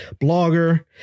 blogger